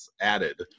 added